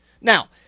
Now